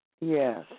Yes